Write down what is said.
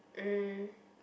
um